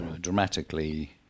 dramatically